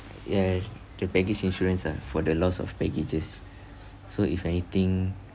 ya the baggage insurance ah for the loss of baggages so if anything